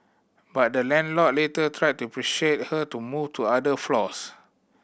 but the landlord later tried to persuade her to move to other floors